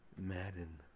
madden